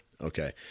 Okay